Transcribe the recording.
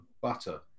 butter